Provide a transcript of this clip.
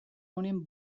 honen